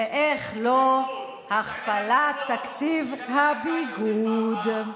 ואיך לא, הכפלת תקציב הביגוד.